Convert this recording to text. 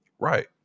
Right